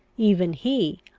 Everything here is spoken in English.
even he,